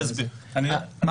מה